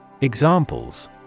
Examples